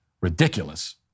ridiculous